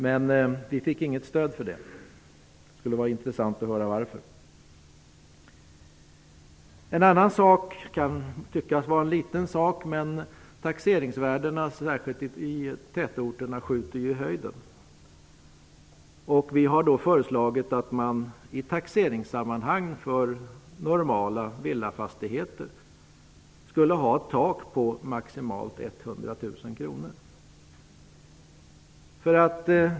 Men vi fick inget stöd för det. Det skulle vara intressant att höra varför. En annan sak, som kan tyckas vara liten, är taxeringsvärdena, som verkligen har skjutit i höjden i tätorterna. Vi har föreslagit att man i taxeringssammanhang för normala villafastigheter skulle ha ett tak på maximalt 100 000 kr.